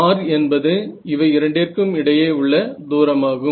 R என்பது இவை இரண்டிற்கும் இடையே உள்ள தூரமாகும்